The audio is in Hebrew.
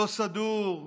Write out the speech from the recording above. לא סדור.